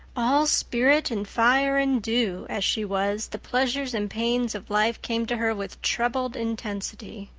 all spirit and fire and dew, as she was, the pleasures and pains of life came to her with trebled intensity.